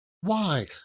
Why